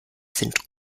sind